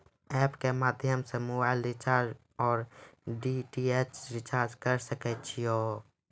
App के माध्यम से मोबाइल रिचार्ज ओर डी.टी.एच रिचार्ज करऽ सके छी यो?